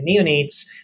neonates